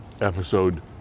episode